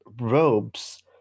robes